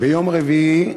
ביום רביעי,